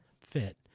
fit